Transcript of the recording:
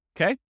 Okay